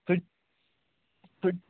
سُہ سُہ